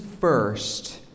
first